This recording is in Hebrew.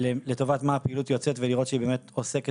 לטובת מה הפעילות שיוצאת ולראות שהיא באמת עוסקת